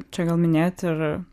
čia gal minėti ir